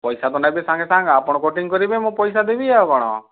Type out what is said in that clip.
ପଇସା ତ ନେବେ ସାଙ୍ଗେ ସାଙ୍ଗେ ଆପଣ କଟିଙ୍ଗ କରିବେ ମୁଁ ପଇସା ଦେବି ଆଉ କ'ଣ